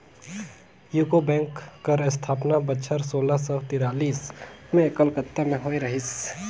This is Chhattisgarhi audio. यूको बेंक कर असथापना बछर सोला सव तिरालिस में कलकत्ता में होए रहिस